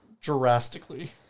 Drastically